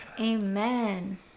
amen